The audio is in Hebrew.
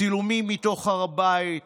צילומים מתוך הר הבית,